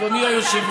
אדוני היושב-ראש,